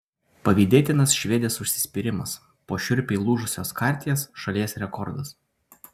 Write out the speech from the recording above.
pavydėtinas švedės užsispyrimas po šiurpiai lūžusios karties šalies rekordas